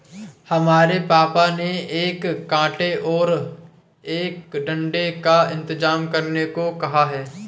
हमें पापा ने एक कांटे और एक डंडे का इंतजाम करने को कहा है